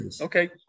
Okay